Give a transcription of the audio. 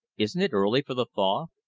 isn't it early for the thaw?